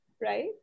right